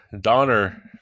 donner